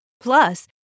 Plus